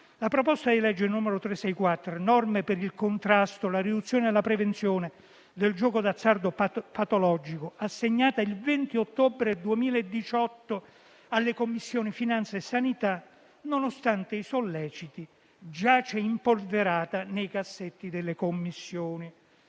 La proposta di legge n. 364, norme per il contrasto, la riduzione e la prevenzione del gioco d'azzardo patologico, assegnata il 20 ottobre 2018 alle Commissioni finanze e sanità, nonostante i solleciti, giace impolverata nei cassetti delle Commissioni.